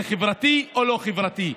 זה חברתי או לא חברתי?